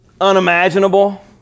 unimaginable